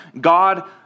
God